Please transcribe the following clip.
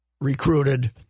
recruited